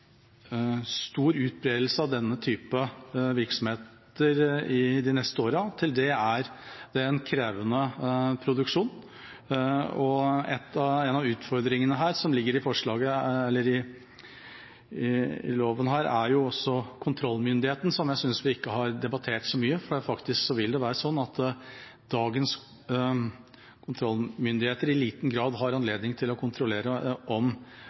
stor utbredelse av denne typen virksomheter de neste årene. Produksjonen er for krevende til det. Én av utfordringene som ligger i loven her, er også kontrollmyndighetene, som jeg ikke synes vi har debattert så mye, for det vil være slik at dagens kontrollmyndigheter i liten grad har anledning til å kontrollere om